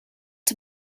its